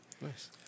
Nice